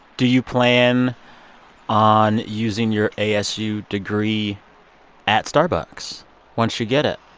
do you plan on using your asu degree at starbucks once you get it?